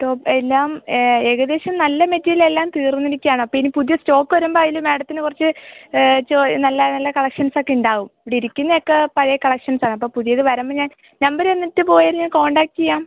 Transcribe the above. top എല്ലാം ഏകദേശം നല്ല മെറ്റീരിയൽ എല്ലാം തീർന്ന് ഇരിക്കുകയാണ് അപ്പം ഇനി പുതിയ സ്റ്റോക്ക് വരുമ്പം അതിൽ മാഡത്തിന് കുറച്ച് നല്ല നല്ല കളക്ഷൻസ് ഒക്കെ ഉണ്ടാവും ഇവിടെ ഇരിക്കുന്നതൊക്കെ പഴയ കളക്ഷൻസാണ് അപ്പോ ൾ പുതിയത് വരുമ്പം ഞാൻ നമ്പറ് തന്നിട്ട് പോയാൽ ഞാൻ കോൺടാക്ട് ചെയ്യാം